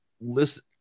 listen